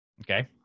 Okay